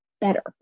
better